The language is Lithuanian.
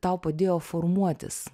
tau padėjo formuotis